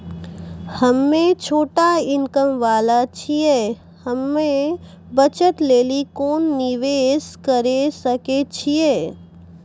हम्मय छोटा इनकम वाला छियै, हम्मय बचत लेली कोंन निवेश करें सकय छियै?